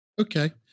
Okay